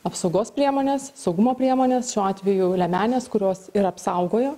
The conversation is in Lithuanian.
apsaugos priemonės saugumo priemonės šiuo atveju liemenės kurios ir apsaugojo